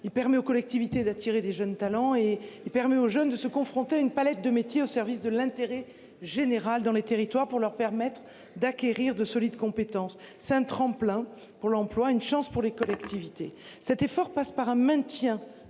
Il permet aux collectivités d'attirer des jeunes talents et il permet aux jeunes de se confronter à une palette de métiers au service de l'intérêt général dans les territoires pour leur permettre d'acquérir de solides compétences c'est un tremplin pour l'emploi. Une chance pour les collectivités. Cet effort passe par un maintien